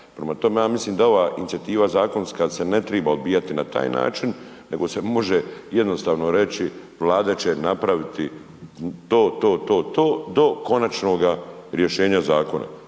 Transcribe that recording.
prema tome ja milim da ova inicijativa zakonska se ne treba odbijati na taj način nego se može jednostavno reći Vlada će napraviti to, to, to, to, do konačnog rješenja zakona.